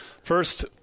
first